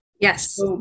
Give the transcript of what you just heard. Yes